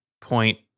point